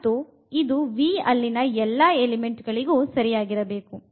ಮತ್ತು ಇದು V ಅಲ್ಲಿನ ಎಲ್ಲ ಎಲಿಮೆಂಟ್ ಗಳಿಗೂ ನಿಜವಾಗಿರಬೇಕು